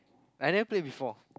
I never play before